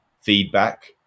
feedback